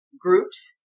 groups